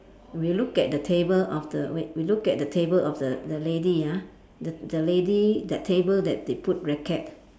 we look at the table of the wait we look at the table of the the lady ah the the lady that table that they put racket